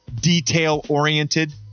detail-oriented